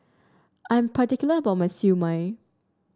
I'm particular about my Siew Mai